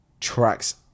tracks